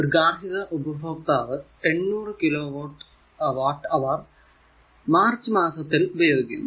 ഒരു ഗാർഹിക ഉപഭോക്താവ് 800 കിലോ വാട്ട് അവർ മാർച്ച് മാസത്തിൽ ഉപയോഗിക്കുന്നു